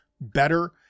better